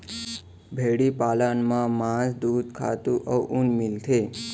भेड़ी पालन म मांस, दूद, खातू अउ ऊन मिलथे